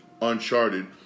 Uncharted